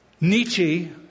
Nietzsche